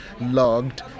logged